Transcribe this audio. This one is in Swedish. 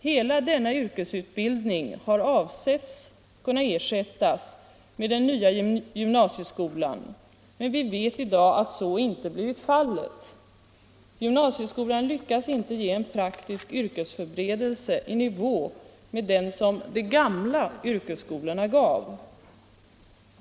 Hela denna yrkesutbildning har avsetts kunna ersättas med den nya gymnasieskolan, men vi vet i dag att så inte blivit fallet. Gymnasieskolan lyckas inte ge en praktisk yrkesförberedelse i nivå med den som de ”gamla” yrkesskolorna gav.